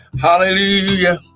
Hallelujah